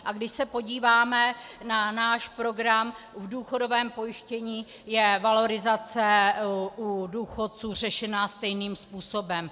A když se podíváme na náš program, v důchodovém pojištění je valorizace u důchodců řešena stejným způsobem.